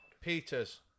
Peters